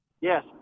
Yes